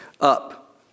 Up